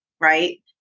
right